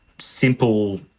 simple